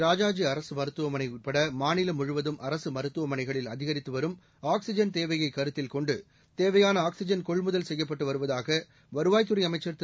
ராஜாஜி அரசு மருத்துவமனை உட்பட மாநிலம் முழுவதும் அரசு மருத்துவமனைகளில் அதிகரித்து வரும் ஆக்ஸிஜன் தேவையை கருத்தில் கொண்டு தேவையான ஆக்ஸிஜன் கொள்முதல் செய்யப்பட்டு வருவதாக வருவாய்த்துறை அமைச்சர் திரு